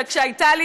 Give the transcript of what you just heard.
וכשהייתה לי,